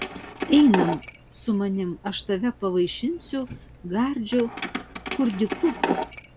einam su manim aš tave pavaišinsiu gardžiu kurdiuku